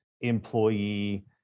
employee